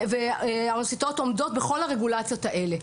והאוניברסיטאות עומדות בכל הרגולציות הללו.